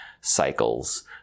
cycles